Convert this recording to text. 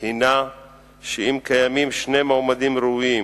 היא שאם קיימים שני מועמדים ראויים